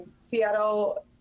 Seattle